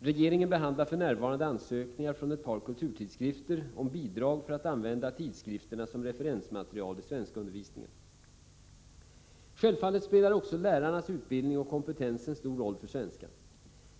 Regeringen behandlar f. n. ansökning 121 motverka utarmningen av svenska språket ar från ett par kulturtidskrifter om bidrag för att använda tidskrifterna som referensmaterial i svenskundervisningen. Självfallet spelar också lärarnas utbildning och kompetens en stor roll för svenskan.